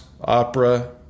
Opera